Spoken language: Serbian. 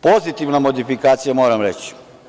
Pozitivna modifikacija, moram reći.